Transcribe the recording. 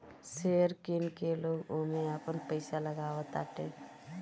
share किन के लोग ओमे आपन पईसा लगावताटे